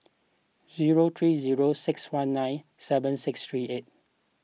zero three zero six one nine seven six three eight